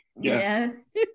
yes